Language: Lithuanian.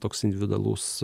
toks individualus